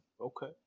Okay